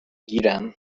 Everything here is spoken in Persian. گیرم